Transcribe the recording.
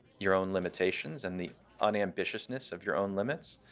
your own limitations and the unambitiousness of your own limits.